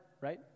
right